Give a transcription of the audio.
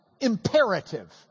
imperative